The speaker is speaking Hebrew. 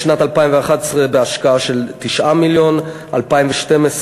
בשנת 2011, בהשקעה של 9 מיליון, 2012,